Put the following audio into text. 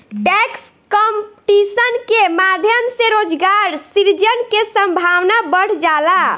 tax competition के माध्यम से रोजगार सृजन के संभावना बढ़ जाला